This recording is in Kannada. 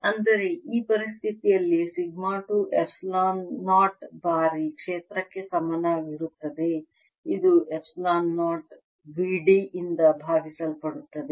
ಅಂದರೆ ಈ ಪರಿಸ್ಥಿತಿಯಲ್ಲಿ ಸಿಗ್ಮಾ 2 ಎಪ್ಸಿಲಾನ್ 0 ಬಾರಿ ಕ್ಷೇತ್ರಕ್ಕೆ ಸಮನಾಗಿರುತ್ತದೆ ಇದು ಎಪ್ಸಿಲಾನ್ 0 V d ಇಂದ ಭಾಗಿಸಲ್ಪಡುತ್ತದೆ